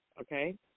Okay